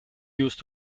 used